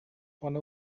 one